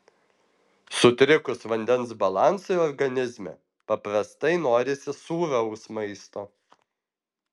sutrikus vandens balansui organizme paprastai norisi sūraus maisto